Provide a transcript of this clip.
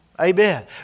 Amen